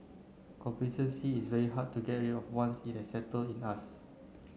complacency is very hard to get rid of once it has settle in us